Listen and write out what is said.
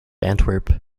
antwerp